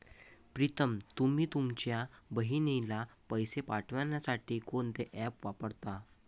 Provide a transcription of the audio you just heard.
प्रीतम तुम्ही तुमच्या बहिणीला पैसे पाठवण्यासाठी कोणते ऍप वापरता?